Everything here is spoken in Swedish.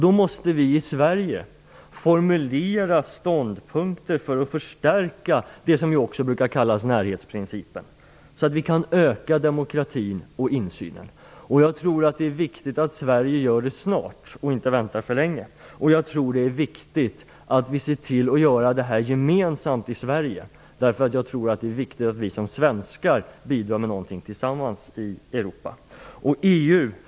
Då måste vi i Sverige formulera ståndpunkter för att förstärka det som också brukar kallas närhetsprincipen, så att vi kan öka demokratin och insynen. Det är viktigt att Sverige gör det snart och inte väntar för länge och att vi ser till att göra detta gemensamt i Sverige, för jag tror att det är värdefullt att vi som svenskar tillsammans bidrar med någonting i Europa.